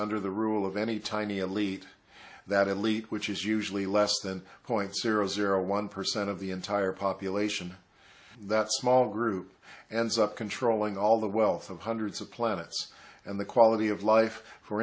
under the rule of any tiny elite that elite which is usually less than zero point zero zero one percent of the entire population that small group and sub controlling all the wealth of hundreds of planets and the quality of life for